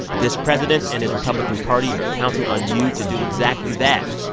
this president and his republican party are counting on you to do exactly that.